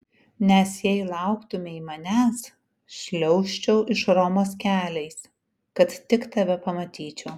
nes jei lauktumei manęs šliaužčiau iš romos keliais kad tik tave pamatyčiau